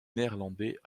néerlandais